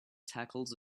tackles